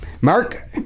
Mark